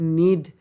need